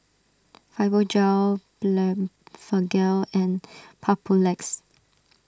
Fibogel Blephagel and Papulex